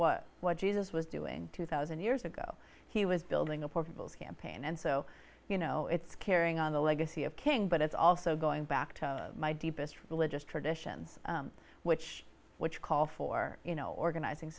look at what jesus was doing two thousand years ago he was building a portable campaign and so you know it's carrying on the legacy of king but it's also going back to my deepest religious tradition which which call for you know organizing